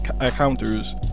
encounters